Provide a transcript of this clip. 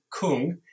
Kung